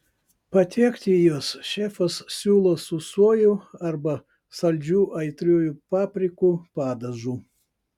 patiekti juos šefas siūlo su sojų arba saldžiu aitriųjų paprikų padažu